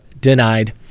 denied